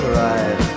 right